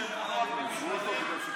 עכשיו אנשי הליכוד שמונו על פי מכרזים,